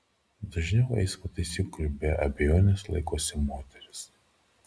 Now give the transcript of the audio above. dažniau eismo taisyklių be abejonės laikosi moterys